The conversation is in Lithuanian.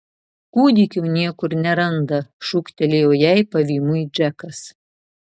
kūdikio niekur neranda šūktelėjo jai pavymui džekas